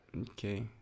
Okay